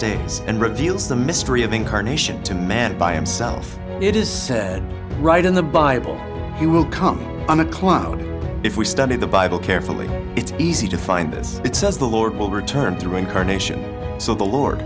days and reveals the mystery of incarnation to man by himself it is said right in the bible he will come on a cloud if we study the bible carefully it's easy to find as it says the lord will return through incarnation so the lord